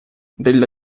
della